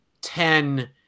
ten